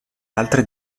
altre